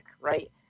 right